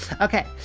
Okay